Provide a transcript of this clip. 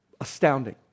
astounding